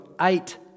eight